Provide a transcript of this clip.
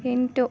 ಎಂಟು